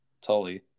Tully